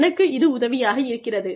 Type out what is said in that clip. எனக்கு இது உதவியாக இருக்கிறது